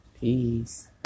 Peace